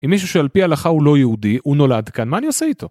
אם מישהו שעל פי הלכה הוא לא יהודי, הוא נולד כאן, מה אני עושה איתו?